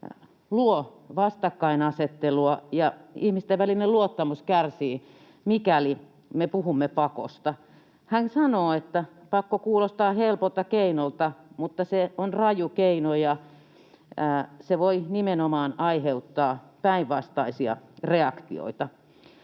luovat vastakkainasettelua ja ihmisten välinen luottamus kärsii, mikäli me puhumme pakosta. Hän sanoo, että pakko kuulostaa helpolta keinolta, mutta se on raju keino ja se voi nimenomaan aiheuttaa päinvastaisia reaktioita.